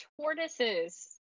tortoises